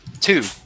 two